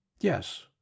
Yes